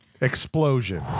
explosion